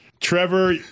Trevor